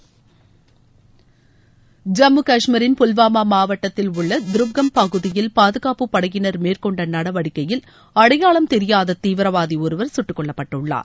ஐம்மு காஷ்மீரின் புல்வாமா மாட்டத்தில் உள்ள துருப்கம் பகுதியில் பாதுகாப்புப் படையினர் மேற்கொண்ட நடவடிக்கையில் அடையாளம் தெரியாத தீவிரவாதி ஒருவர் கட்டுக்கொல்லப்பட்டுள்ளார்